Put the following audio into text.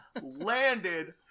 landed